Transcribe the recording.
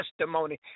testimony